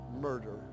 murder